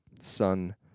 son